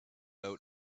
out